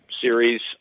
series